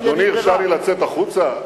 אדוני הרשה לי לצאת החוצה.